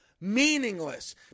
meaningless